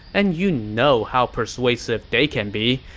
and you know how persuasive they can be.